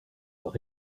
leur